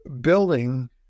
Building